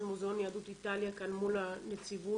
מוזיאון יהדות איטליה כאן מול הנציבות,